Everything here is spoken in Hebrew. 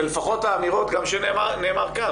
לפחות האמירות שנאמרו כאן,